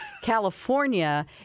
California